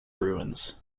ruins